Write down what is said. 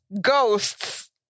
ghosts